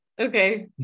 Okay